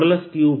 r r